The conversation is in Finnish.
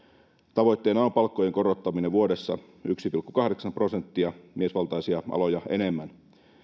tavoitteena on palkkojen korottaminen vuodessa yksi pilkku kahdeksan prosenttia miesvaltaisia aloja enemmän